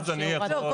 זהו,